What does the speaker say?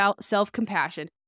self-compassion